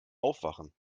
aufwachen